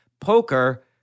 Poker